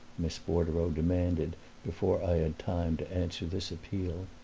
miss bordereau demanded before i had time to answer this appeal.